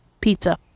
pizza